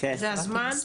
זה הזמן.